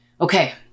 okay